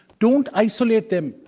don't isolate them.